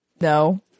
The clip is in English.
No